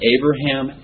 Abraham